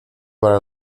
para